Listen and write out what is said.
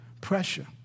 Pressure